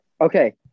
okay